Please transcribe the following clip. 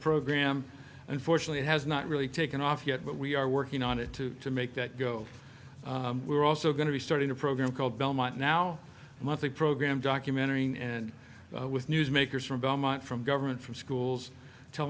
program unfortunately has not really taken off yet but we are working on it too to make that go we're also going to be starting a program called belmont now a monthly program documentary and with newsmakers from belmont from government from schools tell